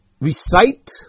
Recite